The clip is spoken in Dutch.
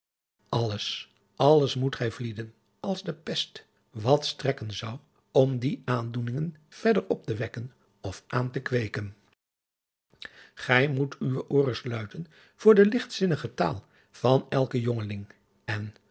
alles alles moet gij vlieden als de pest wat strekken zou om die aandoeningen verder op te wekken of aan te kweeken gij moet uwe ooren sluiten voor de ligtzinnige taal van elken jongeling en